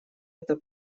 это